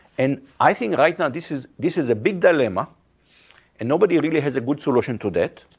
and i think right now this is this is a big dilemma and nobody really has a good solution to that.